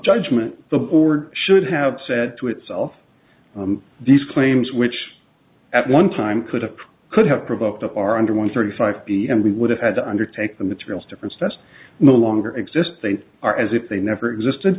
judgement the board should have said to itself these claims which at one time could have could have provoked are under one thirty five b and b would have had to undertake the materials difference that's no longer exist they are as if they never existed